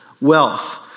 Wealth